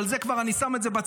אבל את זה כבר אני שם בצד,